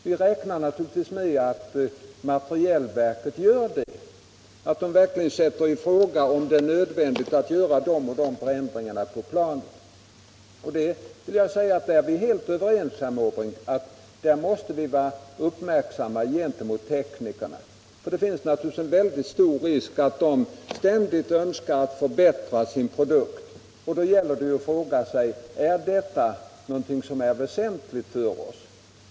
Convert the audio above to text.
Vi räknar naturligtvis med att materielverket gör det och verkligen sätter i fråga om det är nödvändigt att vidta de och de förändringarna på planet. Därvidlag är vi helt överens, herr Måbrink, om att vi måste vara uppmärksamma gentemot teknikerna, för det finns naturligtvis en väldig risk att de ständigt önskar förbättra sin produkt. Då gäller det att fråga sig: Är detta någonting som är väsentligt för oss?